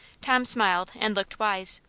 tom smiled and looked wise.